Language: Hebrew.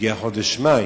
שהגיע חודש מאי.